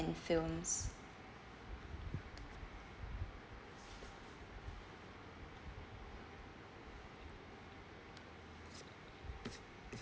and films